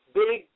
big